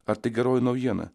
ar tai geroji naujiena